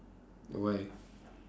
why